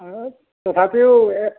আৰু তথাপিও এ